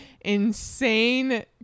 insane